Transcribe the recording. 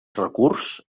recurs